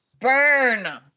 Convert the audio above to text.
Burn